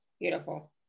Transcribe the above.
Beautiful